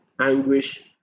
anguish